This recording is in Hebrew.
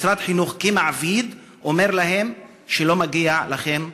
משרד החינוך כמעביד אומר להם שלא מגיעה להם הטבה.